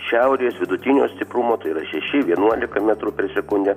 šiaurės vidutinio stiprumo tai yra šeši vienuolika metrų per sekundę